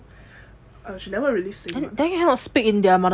uh she never really say much